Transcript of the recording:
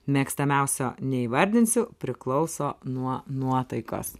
mėgstamiausio neįvardinsiu priklauso nuo nuotaikos